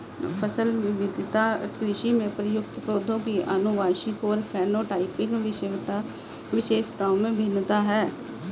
फसल विविधता कृषि में प्रयुक्त पौधों की आनुवंशिक और फेनोटाइपिक विशेषताओं में भिन्नता है